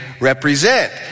represent